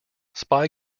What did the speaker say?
spy